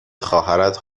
خواهرت